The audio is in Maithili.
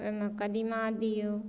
ओहिमे कदीमा दियौ